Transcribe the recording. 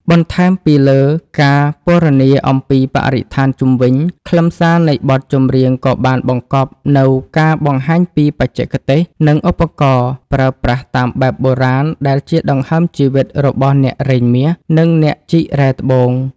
បន្ថែមពីលើការពណ៌នាអំពីបរិស្ថានជុំវិញ ខ្លឹមសារនៃបទចម្រៀងក៏បានបង្កប់នូវការបង្ហាញពីបច្ចេកទេស និងឧបករណ៍ប្រើប្រាស់តាមបែបបុរាណដែលជាដង្ហើមជីវិតរបស់អ្នករែងមាស និងអ្នកជីករ៉ែត្បូង។